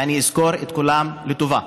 ואני אזכור את כולם לטובה.